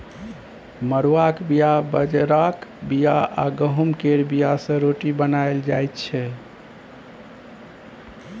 मरुआक बीया, बजराक बीया आ गहुँम केर बीया सँ रोटी बनाएल जाइ छै